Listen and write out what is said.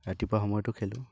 ৰাতিপুৱা সময়তো খেলোঁ